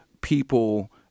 people